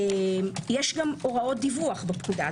יש גם הוראות דיווח בפקודה.